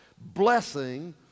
blessing